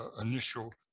initial